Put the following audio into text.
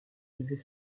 devez